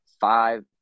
five